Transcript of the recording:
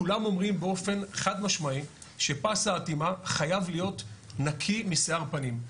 כולם אומרים באופן חד משמעי שפס האטימה חייב להיות נקי משיער פנים.